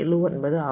5079 ஆகும்